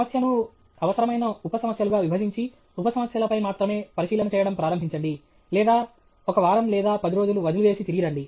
సమస్యను అవసరమైన ఉప సమస్యలుగా విభజించి ఉప సమస్యలపై మాత్రమే పరిశీలన చేయడం ప్రారంభించండి లేదా ఒక వారం లేదా పది రోజులు వదిలివేసి తిరిగి రండి